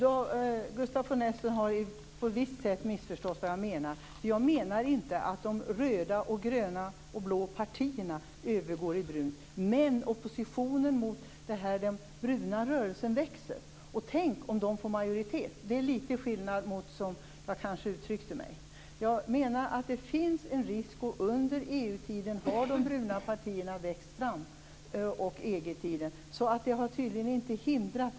Fru talman! Ja, på ett sätt har Gustaf von Essen missförstått mig. Jag menar inte att de röda, gröna och blå partierna övergår i brunt. Men oppositionen mot det här, den bruna rörelsen, växer. Och tänk om de får majoritet! Det är litet skillnad mot hur jag kanske uttryckte mig. Jag menar att det finns en risk. Under EG och EU-tiden har de bruna partierna växt fram, så den framväxten har tydligen inte hindrats.